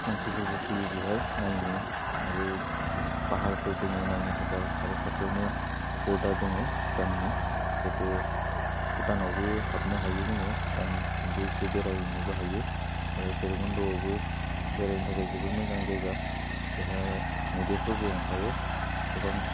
मानसिफोरबो फैयो बेहाय नायनो आरो फाहारफोर दङो नायनो थाखाय आरो खाथियावनो बरदार दङ भुटाननि जिहेथु भुटानावबो हाबनो हायो जोङो भुटानथिंबो इसे बेरायनोबो हायो भैरबखुन्डआवबो बेरायनो थाखाय जोबोर मोजां जायगा बेहाय मैदेरफोरबो ओंखारो गोबां